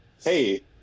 hey